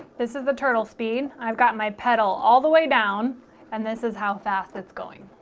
this is the turtle speed i've got my pedal all the way down and this is how fast that's going